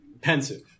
pensive